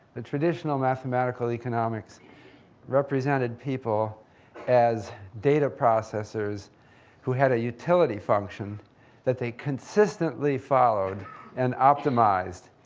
the traditional mathematical economics represented people as data processors who had a utility function that they consistently followed and optimized.